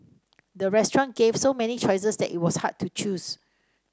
the restaurant gave so many choices that it was hard to choose